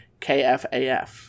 kfaf